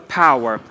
power